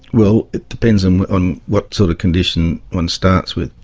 well it depends um on what sort of condition one starts with.